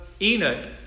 Enoch